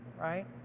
right